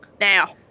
Now